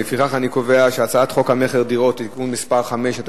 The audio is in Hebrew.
לפיכך אני קובע שהצעת חוק המכר (דירות) (תיקון מס' 5),